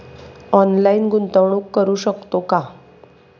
Online गुंतवणूक करू शकतो का?